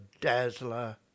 dazzler